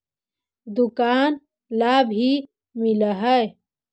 दुकान ला भी मिलहै?